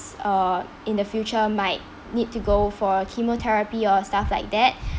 uh in the future might need to go for a chemotherapy or stuff like that